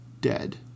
dead